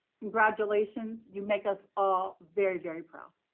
congratulations. you make us all very, very proud.